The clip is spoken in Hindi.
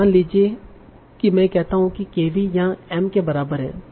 मान लीजिए कि मैं कहता हूं कि kV यहा m के बराबर है